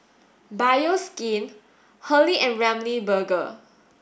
Bioskin Hurley and Ramly Burger